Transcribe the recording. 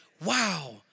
Wow